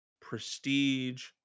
prestige